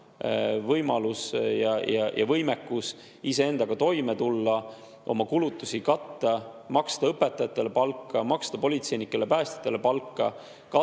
võimalus ja võimekus iseendaga toime tulla, oma kulutusi katta, maksta õpetajatele palka, maksta politseinikele ja päästjatele palka, katta